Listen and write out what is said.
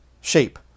shape